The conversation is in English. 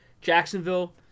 Jacksonville